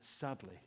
sadly